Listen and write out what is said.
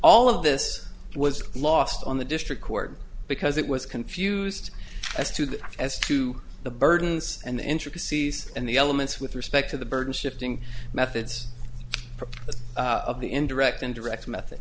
all of this was lost on the district court because it was confused as to that as to the burdens and the intricacies and the elements with respect to the burden shifting methods of the indirect indirect method